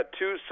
two